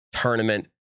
tournament